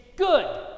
Good